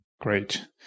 Great